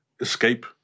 escape